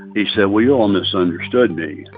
he said, well, you all misunderstood me.